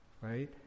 right